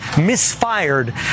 misfired